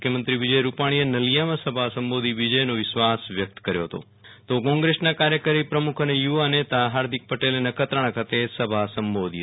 મુખ્યમંત્રી વિજય રૂપાણી એ નળિયા માં સભા સંબોધી વિજય નો વિશ્વાસ વ્યક્ત કર્યો હતો તો કોંગ્રેસ ના કાર્યકારી પ્રમુખ અને યુવા નેતા હાર્દિક પટેલે નખત્રાણા ખાતે સભા સંબોધી હતી